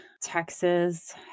Texas